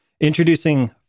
Introducing